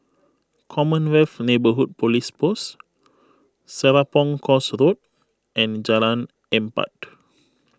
Commonwealth Neighbourhood Police Post Serapong Course Road and Jalan Empat